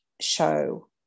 show